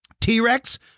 T-Rex